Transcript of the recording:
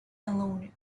alone